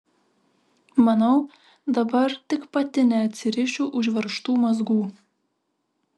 manau dabar tik pati neatsirišiu užveržtų mazgų